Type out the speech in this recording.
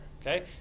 okay